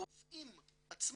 הרופאים עצמם,